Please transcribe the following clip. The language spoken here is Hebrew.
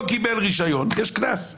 לא קיבל רישיון יש קנס.